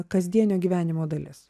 kasdienio gyvenimo dalis